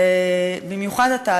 במיוחד אתה,